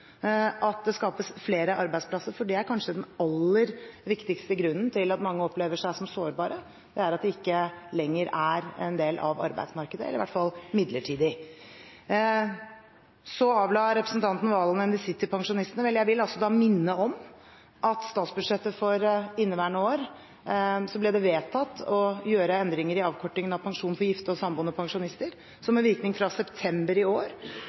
kanskje aller viktigste grunnen til at mange opplever seg som sårbare, er at de ikke lenger er en del av arbeidsmarkedet, i hvert fall midlertidig. Så avla representanten Serigstad Valen en visitt til pensjonistene. Jeg vil da minne om at i forbindelse med statsbudsjettet for inneværende år ble det vedtatt å gjøre endringer i avkortingen av pensjonen for gifte og samboende pensjonister, som med virkning fra september i år